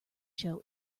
show